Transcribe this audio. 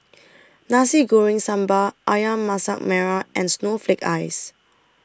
Nasi Goreng Sambal Ayam Masak Merah and Snowflake Ice